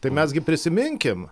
tai mes gi prisiminkim